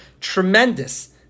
tremendous